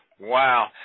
Wow